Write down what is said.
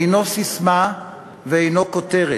אינו ססמה ואינו כותרת,